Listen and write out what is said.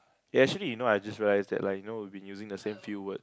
eh actually you know I just realize that like you know we've been using the same few word